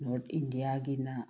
north ꯏꯟꯗꯤꯌꯥꯒꯤꯅ